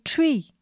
Tree